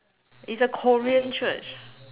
it's a Korean church